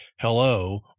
hello